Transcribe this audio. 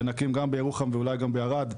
וגם עם תנועת אור.